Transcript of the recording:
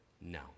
No